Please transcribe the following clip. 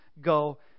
go